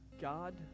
God